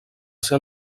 ser